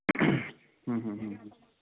ਹੂੰ ਹੂੰ ਹੂੰ